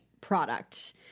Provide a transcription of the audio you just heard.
product